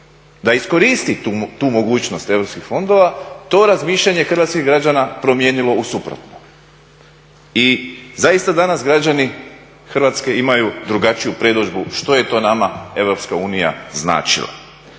da iskoristi tu mogućnost europskih fondova, to razmišljanje hrvatskih građana promijenilo u suprotno i zaista danas građani Hrvatske imaju drugačiju predodžbu što je to nama EU značila.